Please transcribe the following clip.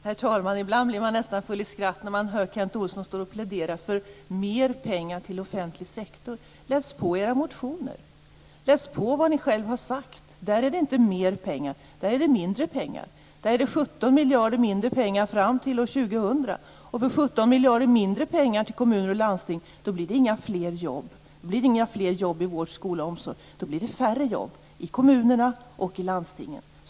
Herr talman! Ibland blir man nästan full i skratt när man hör Kent Olsson plädera för mer pengar till offentlig sektor. Läs på i era motioner, Kent Olsson! Läs på vad ni själva har sagt! Där talas det inte om mer pengar, utan om mindre. Det handlar om 17 miljarder mindre fram till år 2000. För 17 miljarder mindre till kommuner och landsting blir det inga fler jobb i vård, skola och omsorg, utan då blir det färre jobb i kommunerna och i landstingen.